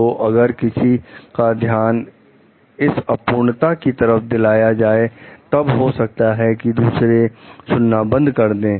तो अगर किसी का ध्यान इस अपूर्णता की तरफ दिलाया जाए तब हो सकता है कि दूसरे सुनना बंद कर दें